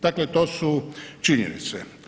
Dakle, to su činjenice.